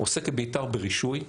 עוסקת בעיקר ברישוי,